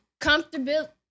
comfortable